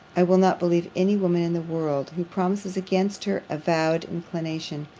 i will not believe any woman in the world, who promises against her avowed inclination.